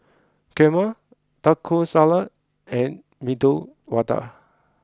Kheema Taco Salad and Medu Vada